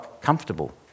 comfortable